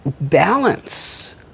balance